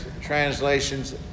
translations